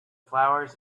flowers